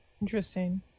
Interesting